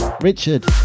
Richard